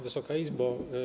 Wysoka Izbo!